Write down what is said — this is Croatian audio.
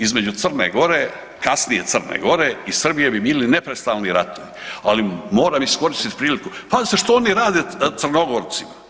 Između Crne Gore, kasnije Crne Gore i Srbije bi bili neprestalni ratovi ali moram iskorisiti priliku, pazite što oni rade, Crnogorci?